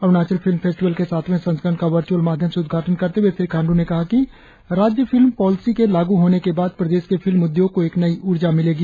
Arunachal film festival के सातवें संस्ककरण का वर्य्अल माध्यम से उद्घाटन करते हुए श्री खांडू ने कहा कि राज्य फिल्म पॉलिसी के लागू होने के बाद प्रदेश के फिल्म उदयोग को एक नई ऊर्जा मिलेगी